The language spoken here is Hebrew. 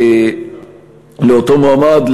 לאותו מועמד,